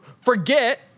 forget